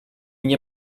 nie